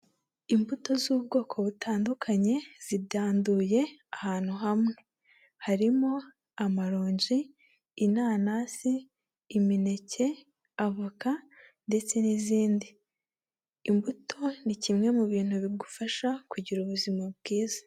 Imbuto z'ubwoko butandukanye zidanduye ahantu hamwe, harimo amaronji, inanasi, imineke, avoka ndetse n'izindi. Imbuto ni kimwe mu bintu bigufasha kugira ubuzima bwiza.